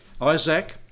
Isaac